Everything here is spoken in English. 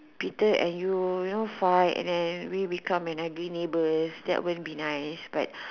Peter and you don't fight and then we become an ideal neighbour that won't be nice but